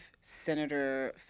Senator